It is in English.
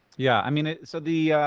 yeah, i mean, so the